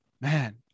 man